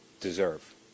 deserve